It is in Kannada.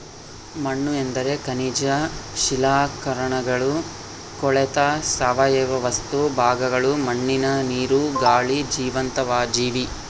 ಮಣ್ಣುಎಂದರೆ ಖನಿಜ ಶಿಲಾಕಣಗಳು ಕೊಳೆತ ಸಾವಯವ ವಸ್ತು ಭಾಗಗಳು ಮಣ್ಣಿನ ನೀರು, ಗಾಳಿ ಜೀವಂತ ಜೀವಿ